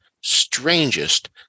strangest